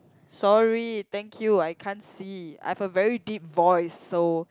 sorry thank you I can't see I have a very deep voice so